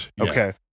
Okay